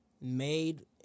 made